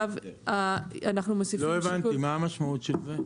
לא הבנתי, מה המשמעות של זה?